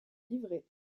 livrés